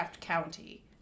County